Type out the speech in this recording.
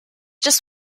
just